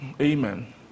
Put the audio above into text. Amen